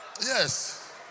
Yes